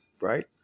Right